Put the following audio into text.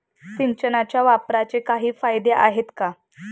सिंचनाच्या वापराचे काही फायदे आहेत का?